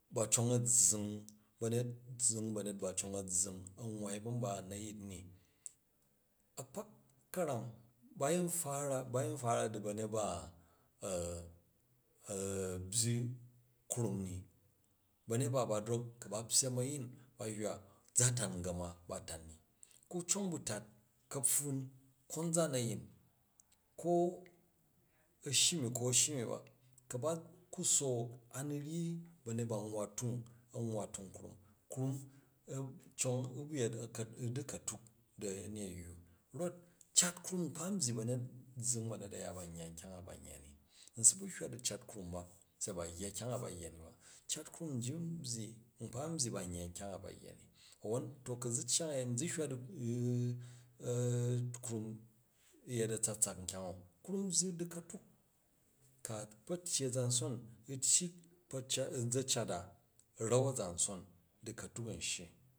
Ba cong a̱ zzing, ba̱nyet zzing banyet ba cong a̱ zzing a̱ nwwai ba̱ mba u nayit ni. A̱kpok karam yin fara, ba yin fara di ba̱nyet ba a byyi krum ni ba̱nyet ba drok ku̱ ba pyyem a̱yin a̱hywa za tan ga̱ma, za tan mi ku cong bu tat ka̱ptun kanzan a̱yin. Ko a̱ shyi nu ko a̱ shyi mi ba, ku̱ ba ku sook, a ni ba̱nyet ba nwa tung a nwa tung krum, krum u̱ cong yet u̱ dika̱tuk di a̱neywu, rot cat krum nkpa n byyi ba̱nyet zzing baiyet uya ba n yya kyang a ba yya ni. Nsi bu hywa di cut krum ba se baa n yya kyang a ba yya ni ba. Cat krum nji u byyi, nkpa n byyi ba n yya nkyang a ba u yya ni awwon, to ku zi cyang uyemi zi hywa du krum u yet a̱tsatsak kyang o? Krum byyi dikatuk, ku̱ a kpo tyyi azambon u tyyi u̱ za̱ cat a ra̱n a̱zanson dikatuk an shyi.